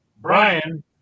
brian